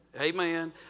Amen